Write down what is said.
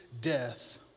death